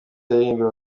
aririmbira